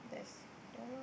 there's yeah lor